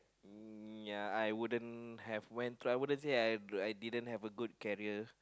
ya I wouldn't have went through I wouldn't say I wouldn't said I didn't have a good career